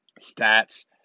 stats